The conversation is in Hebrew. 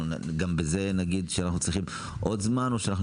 גם בזה נגיד שאנחנו צריכים עוד זמן או שאנחנו